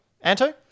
Anto